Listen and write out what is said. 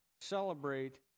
celebrate